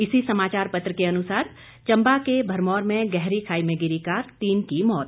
इसी समाचार पत्र के अनुसार चंबा के भरमौर में गहरी खाई में गिरी कार तीन की मौत